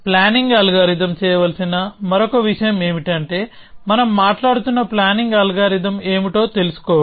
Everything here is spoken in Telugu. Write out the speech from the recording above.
ప్లానింగ్ అల్గోరిథం చేయవలసిన మరొక విషయం ఏమిటంటే మనం మాట్లాడుతున్న ప్లానింగ్ అల్గోరిథం ఏమిటో తెలుసుకోవడం